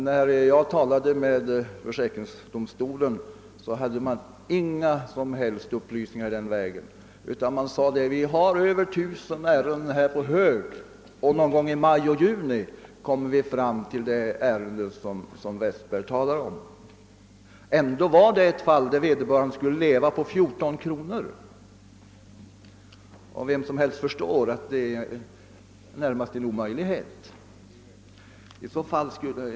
När jag talade med försäkringsdomstolen hade man inga som helst upplysningar att ge i den vägen, utan sade: »Vi har över 1000 ärenden på hög, och någon gång i maj eller i juni kommer vi fram till det som herr Westberg talar om.» Ändå gällde det ett fall där vederbörande skulle leva på 14 kronor om dagen. Vem som helst förstår att det är närmast en omöjlighet.